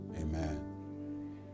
Amen